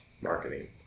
marketing